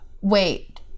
wait